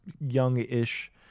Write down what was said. young-ish